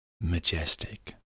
majestic